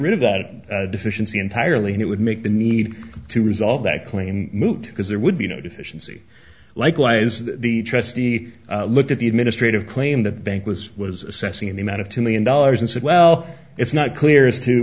rid of that deficiency entirely and it would make the need to resolve that claim moot because there would be no deficiency likewise the trustee look at the administrative claim the bank was was assessing the amount of two million dollars and said well it's not clear as to